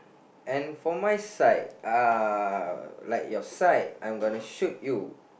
and for my side uh like your side I'm gonna shoot you